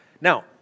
Now